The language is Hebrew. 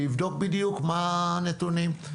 שיבדוק בדיוק מהם הנתונים.